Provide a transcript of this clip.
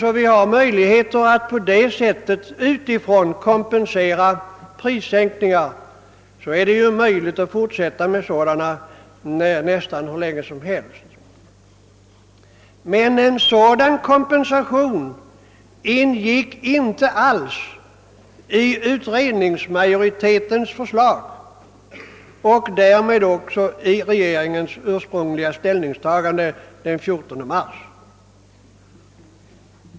Om vi utifrån kan kompensera prissänkningarna är det naturligtvis möjligt att fortsätta att genomföra sådana nästan hur länge som helst. Men en sådan kompensation ingick inte alls i utredningsmajoritetens förslag och i regeringens ursprungliga ställningstagande den 14 mars.